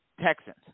Texans